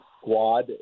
squad